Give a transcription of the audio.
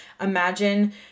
imagine